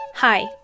Hi